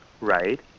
right